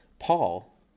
Paul